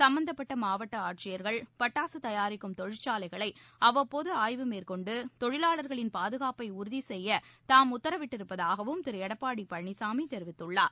சம்பந்தப்பட்ட மாவட்ட ஆட்சியர்கள் பட்டாசு தயாரிக்கும் தொழிற்சாலைகளை அவ்வப்போது ஆய்வு மேற்கொன்டு தொழிலாளா்களின் பாதுகாப்பை உறுதி செய்ய தாம் உத்தரவிடப்பட்டிருப்பதாகவும் திரு எடப்பாடி பழனிசாமி தெரிவித்துள்ளார்